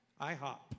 IHOP